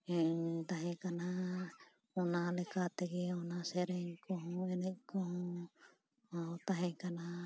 ᱦᱮᱸ ᱤᱧ ᱛᱟᱦᱮᱸ ᱠᱟᱱᱟ ᱚᱱᱟ ᱞᱮᱠᱟᱛᱮᱜᱮ ᱚᱱᱟ ᱥᱮᱨᱮᱧ ᱠᱚᱦᱚᱸ ᱮᱱᱮᱡ ᱠᱚᱦᱚᱸ ᱚᱱᱟ ᱛᱟᱦᱮᱸ ᱠᱟᱱᱟ